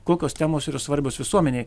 kokios temos yra svarbios visuomenei